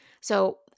So-